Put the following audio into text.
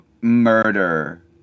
murder